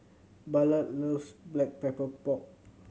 Ballard loves Black Pepper Pork